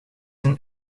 een